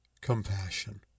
compassion